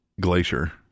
Glacier